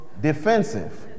defensive